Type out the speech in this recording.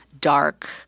dark